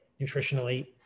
nutritionally